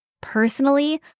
Personally